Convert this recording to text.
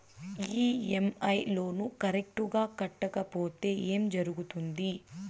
EMI loan correct గా కట్టకపోతే ఏం జరుగుతుంది